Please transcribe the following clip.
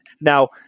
Now